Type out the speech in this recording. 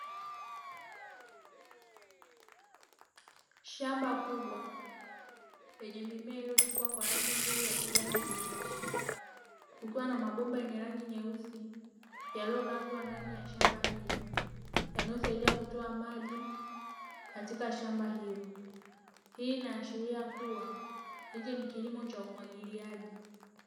Shamba kubwa lenye mimea iliyochipua kwa rangi nzuri ya kijani kibichi, kukiwa na mabomba yenye rangi nyeusi yaliyolazwa ndani ya shamba hilo yanayosaidia kutoa maji katika shamba hilo. Hii inaashiria kuwa hichi ni kilimo cha umwagiliaji.